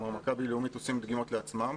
מכבי ולאומית עושים דגימות לעצמם,